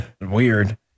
Weird